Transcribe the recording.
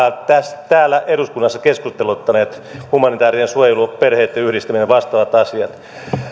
täällä eduskunnassa keskusteluttaneet humanitaarinen suojelu perheitten yhdistäminen ja vastaavat asiat